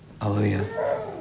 Hallelujah